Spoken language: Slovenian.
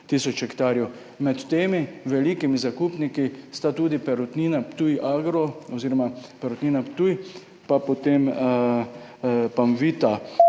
tisoč hektarjev. Med temi velikimi zakupniki sta tudi Perutnina Ptuj Agro oziroma Perutnina Ptuj in Panvita,